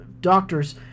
doctors